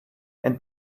and